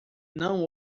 não